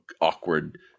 awkward